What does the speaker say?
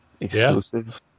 exclusive